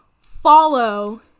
follow